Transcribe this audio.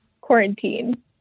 Quarantine